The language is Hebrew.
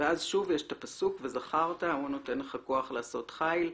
ואז שוב יש את הפסוק: "וזכרת --- הוא הנותן לך כוח לעשות חיל,